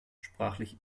sprachlich